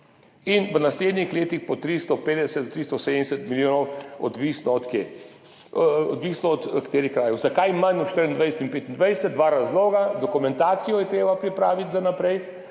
in v naslednjih letih po 350 do 370 milijonov, odvisno od krajev. Zakaj manj v 2024 in 2025? Dva razloga. Dokumentacijo je treba pripraviti za naprej,